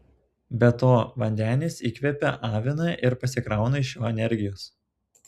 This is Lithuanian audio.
be to vandenis įkvepią aviną ir pasikrauna iš jo energijos